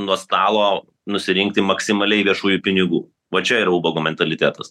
nuo stalo nusirinkti maksimaliai viešųjų pinigų va čia yra ubago mentalitetas